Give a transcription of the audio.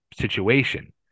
situation